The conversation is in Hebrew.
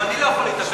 גם אני לא יכול להתאפק.